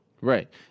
Right